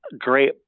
Great